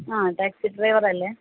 ആ taxi driver അല്ലേ